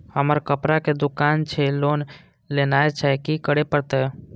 हमर कपड़ा के दुकान छे लोन लेनाय छै की करे परतै?